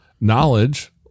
Knowledge